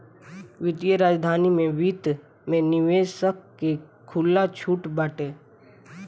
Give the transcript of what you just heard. वित्तीय राजधानी में वित्त में निवेशक के खुला छुट बाटे